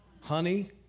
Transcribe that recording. Honey